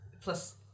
Plus